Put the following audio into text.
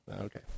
Okay